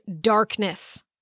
darkness